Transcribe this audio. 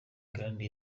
grande